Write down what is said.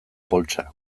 poltsa